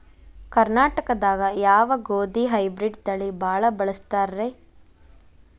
ಕರ್ನಾಟಕದಾಗ ಯಾವ ಗೋಧಿ ಹೈಬ್ರಿಡ್ ತಳಿ ಭಾಳ ಬಳಸ್ತಾರ ರೇ?